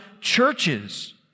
churches